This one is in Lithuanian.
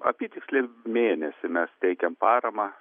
apytiksliai mėnesį mes teikiam paramą